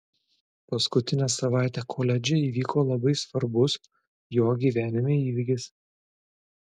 paskutinę savaitę koledže įvyko labai svarbus jo gyvenime įvykis